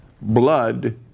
blood